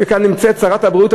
וכאן נמצאת שרת הבריאות,